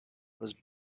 was